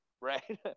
right